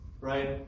right